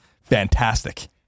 Fantastic